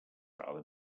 rather